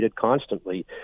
constantly